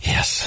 Yes